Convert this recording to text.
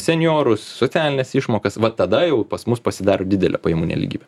senjorus socialines išmokas va tada jau pas mus pasidaro didelė pajamų nelygybė